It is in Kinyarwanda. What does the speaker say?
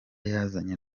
yazanye